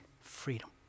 freedom